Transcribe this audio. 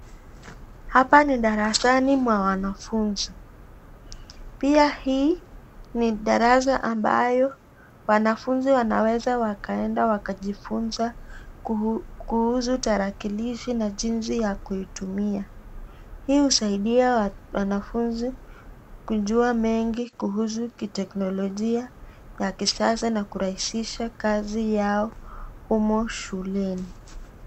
Hapa ni darsani mwa wanafunzi pia hii ni darasa ambayo wanafunzi wanaweza wakaenda wakajifunza kuhusu tarakilishi na jinsi ya kuitumia. Hii husaidia wanafunzi kujua mengi kuhusu kiteknolojia ya kisasa na kurahisisha kazi yao humu shuleni.